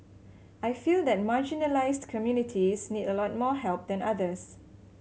I feel that marginalised communities need a lot more help than others